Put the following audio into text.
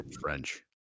French